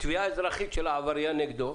עם תביעה אזרחית של העבריין נגדו,